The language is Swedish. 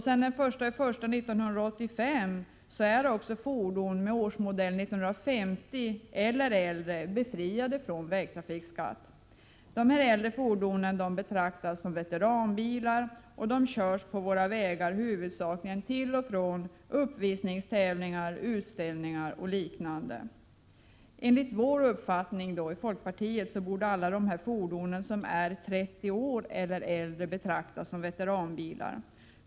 Sedan den 1 januari 1985 är fordon med årsmodell 1950 eller äldre befriade från vägtrafikskatt. Dessa äldre fordon betraktas som veteranbilar och körs på våra vägar huvudsakligen till och från uppvisningstävlingar, utställningar och liknande. Enligt folkpartiets uppfattning borde alla fordon som är 30 år eller äldre betraktas som veteranbilar.